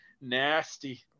nasty